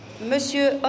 Monsieur